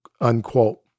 unquote